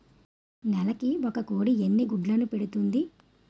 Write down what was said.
నెలకి ఒక కోడి ఎన్ని గుడ్లను పెడుతుంది?